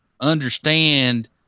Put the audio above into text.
understand